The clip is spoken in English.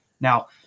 Now